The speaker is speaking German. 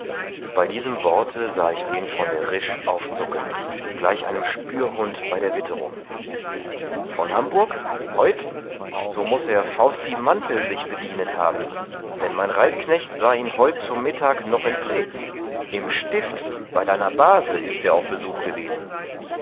bei diesem worte sah ich den von der risch aufzucken gleich einem spürhund bei der witterung von hamburg heut so muß er fausti mantel sich bedienet haben denn mein reitknecht sah ihn heut zu mittag noch in preetz im stift bei deiner base ist er auf besuch gewesen